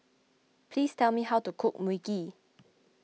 please tell me how to cook Mui Kee